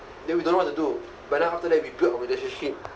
then we don't know what to do but now after that we build our relationship